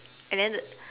and then